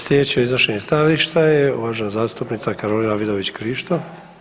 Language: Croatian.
Sljedeće iznošenje stajališta je uvažena zastupnica Karolina Vidović Krišto.